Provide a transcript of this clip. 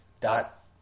dot